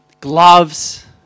gloves